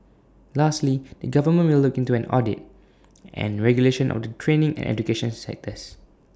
lastly the government will look into an audit and regulation of the training and education sectors